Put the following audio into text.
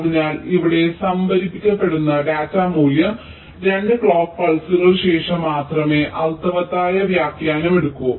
അതിനാൽ ഇവിടെ സംഭരിക്കപ്പെടുന്ന ഡാറ്റ മൂല്യം 2 ക്ലോക്ക് പൾസുകൾക്ക് ശേഷം മാത്രമേ അർത്ഥവത്തായ വ്യാഖ്യാനം എടുക്കൂ